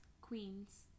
queens